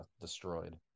destroyed